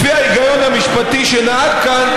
לפי ההיגיון המשפטי שנהג כאן,